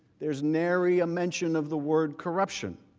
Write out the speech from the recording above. there is nary a mention of the word corruption.